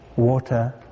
Water